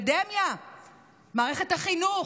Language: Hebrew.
מערכת החינוך,